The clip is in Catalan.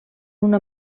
una